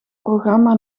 programma